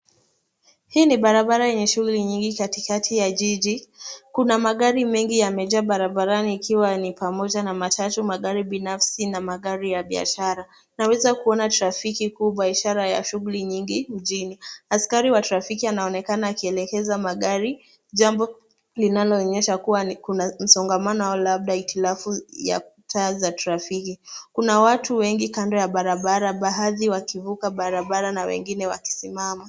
Hii ni barabara yenye shughuli nyingi katikati ya jiji. Kuna magari mengi yamejaa barabarani ikiwa ni pamoja na matatu, magari binafsi na magari ya biashara. Tunaweza kuona trafiki kubwa ishara ya shughuli nyingi mjini. Askari wa trafiki anaonekana akielekeza magari, jambo linaloonyesha kuwa kuna msongamano au labda hitilafu ya taa za trafiki. Kuna watu wengi kando ya barabara baadhi wakivuka barabara na wengine wakisimama.